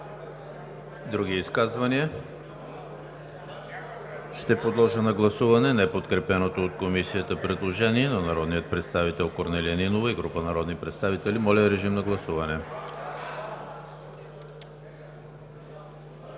Други изказвания? Няма. Подлагам на гласуване неподкрепеното от Комисията предложение на народния представител Корнелия Нинова и група народни представители. Гласували